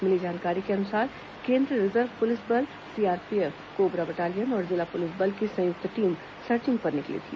मिली जानकारी के अनुसार केंद्रीय रिजर्व पुलिस बल सीआरपीएफ कोबरा बटालियन और जिला पुलिस बल की संयुक्त टीम सर्चिंग पर निकली थी